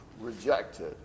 rejected